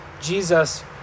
Jesus